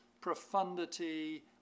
profundity